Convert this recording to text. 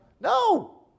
No